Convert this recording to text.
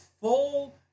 full